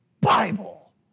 Bible